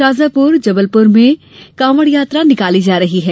शाजापुर जबलपुर में कांवडयात्रा निकाली जा रही है